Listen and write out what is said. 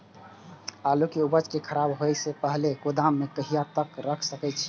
आलु के उपज के खराब होय से पहिले गोदाम में कहिया तक रख सकलिये हन?